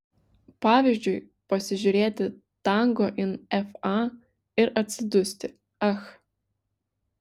pavyzdžiui pasižiūrėti tango in fa ir atsidusti ach